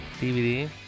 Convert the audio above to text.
DVD